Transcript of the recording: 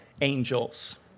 angels